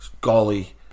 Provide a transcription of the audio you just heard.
Golly